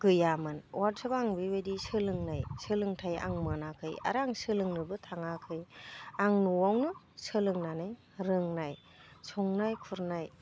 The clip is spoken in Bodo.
गैयामोन अर्थबा आं बिबायदि सोलोंनाय सोलोंथाय आं मोनाखै आरो आं सोलोंनोबो थाङाखै आं न'आवनो सोलोंनानै रोंनाय संनाय खुरनाय